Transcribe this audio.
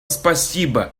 спасибо